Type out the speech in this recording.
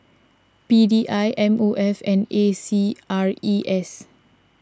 P D I M O F and A C R E S